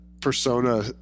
persona